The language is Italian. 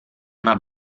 una